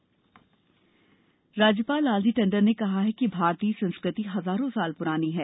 राज्यपाल राज्यपाल लालजी टंडन ने कहा है कि भारतीय संस्कृति हजारों साल पुरानी है